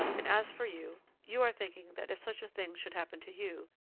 and as for you, you are thinking that if such a thing should happen to you,